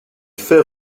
fait